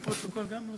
לפרוטוקול גם לא